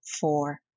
four